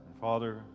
Father